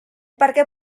parque